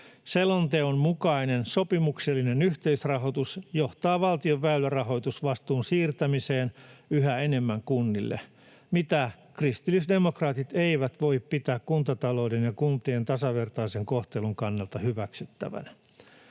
Selonteon mukainen sopimuksellinen yhteisrahoitus johtaa valtion väylärahoitusvastuun siirtämiseen yhä enemmän kunnille, mitä kristillisdemokraatit eivät voi pitää kuntatalouden ja kuntien tasavertaisen kohtelun kannalta hyväksyttävänä.